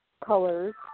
colors